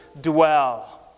dwell